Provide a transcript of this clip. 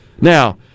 Now